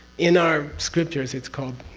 in our scriptures it's called